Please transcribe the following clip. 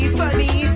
funny